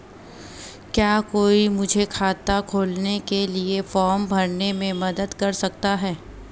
क्या कोई मुझे खाता खोलने के लिए फॉर्म भरने में मदद कर सकता है?